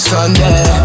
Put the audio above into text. Sunday